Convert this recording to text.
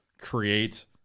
create